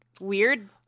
weird